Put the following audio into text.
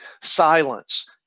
silence